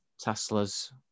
Tesla's